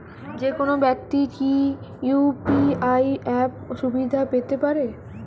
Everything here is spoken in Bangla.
যেকোনো ব্যাক্তি কি ইউ.পি.আই অ্যাপ সুবিধা পেতে পারে?